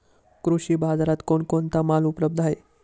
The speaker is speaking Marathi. कृषी बाजारात कोण कोणता माल उपलब्ध आहे?